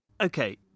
Okay